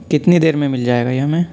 کتنی دیر میں مل جائے گا یہ ہمیں